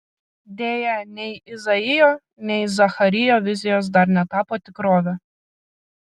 deja nei izaijo nei zacharijo vizijos dar netapo tikrove